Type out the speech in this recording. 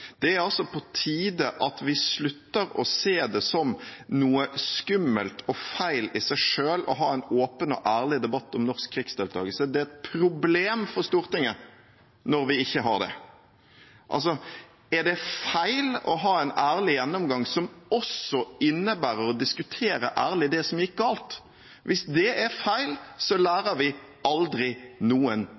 har det. Altså: Er det feil å ha en ærlig gjennomgang som også innebærer å diskutere ærlig det som gikk galt? Hvis det er feil, lærer vi aldri noen